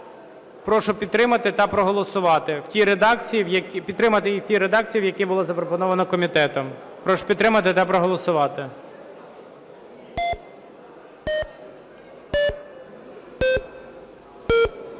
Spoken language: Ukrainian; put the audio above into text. Прошу підтримати та проголосувати